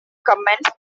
commenced